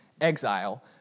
exile